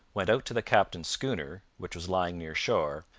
went out to the captain's schooner, which was lying near shore,